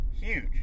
Huge